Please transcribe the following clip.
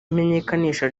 imenyekanisha